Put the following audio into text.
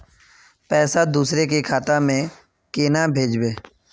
पैसा दूसरे के खाता में केना भेजबे?